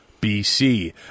BC